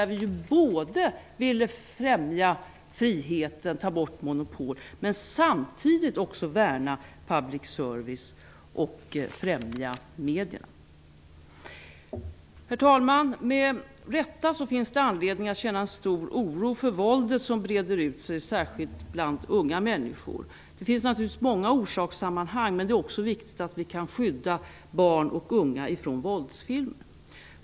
Vi vill å ena sidan främja friheten och ta bort monopol och å andra sidan värna public service och främja medierna. Herr talman! Med rätta finns det anledning att känna en stor oro för det våld som breder ut sig, särskilt bland unga människor. Det finns naturligtvis många orsakssamband. Men det är också viktigt att vi kan skydda barn och unga från våldsfilmer.